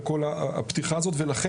לכל מיני פולמוסים של אידיאולוגיות וכולי.